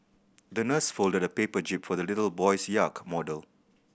the nurse folded a paper jib for the little boy's model